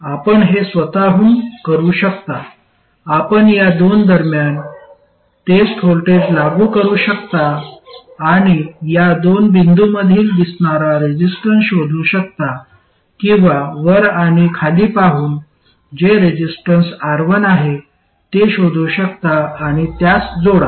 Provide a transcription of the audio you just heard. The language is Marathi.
आपण हे स्वत हून करू शकता आपण या दोन दरम्यान टेस्ट व्होल्टेज लागू करू शकता आणि या दोन बिंदूंमधील दिसणारा रेसिस्टन्स शोधू शकता किंवा वर आणि खाली पाहून जे रेसिस्टन्स R1 आहे ते शोधू शकता आणि त्यास जोडा